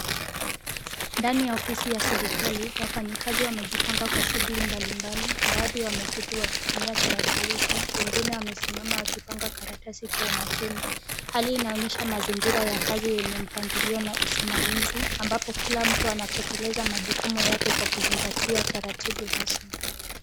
Ndani ya ofisi ya serikali wafanyikazi wamejipanga kwa shughuli mbalimbali baadhi wameketi wakitumia tarakilishi, wengine wamesimama wakipanga karatasi kwa umakini, hali inaonyesha mazingira ya kazi yenye mpangilio na usimamizi ambapo kila mtu anatekeleza majukumu yake kwa kuzingatia taratibu rasmi.